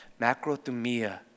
Macrothumia